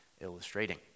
illustrating